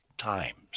times